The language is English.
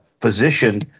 physician